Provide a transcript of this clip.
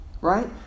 Right